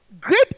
great